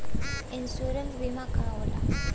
Insurance बीमा का होला?